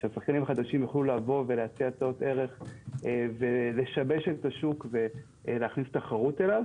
שהשחקנים החדשים יוכלו להציע הצעות ערך ולהכניס תחרות אל השוק.